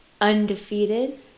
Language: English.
undefeated